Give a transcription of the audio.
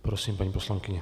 Prosím, paní poslankyně.